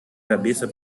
cabeça